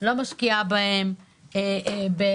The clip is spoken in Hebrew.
לא משקיעה בהם בשכר.